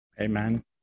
Amen